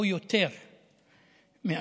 או יותר מאחד.